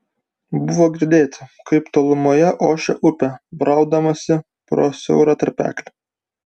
buvo girdėti kaip tolumoje ošia upė braudamasi pro siaurą tarpeklį